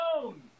alone